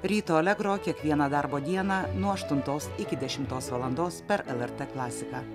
ryto allegro kiekvieną darbo dieną nuo aštuntos iki dešimtos valandos per lrt klasiką